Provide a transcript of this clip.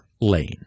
lane